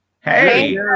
Hey